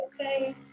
Okay